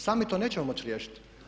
Sami to nećemo moći riješiti.